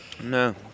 no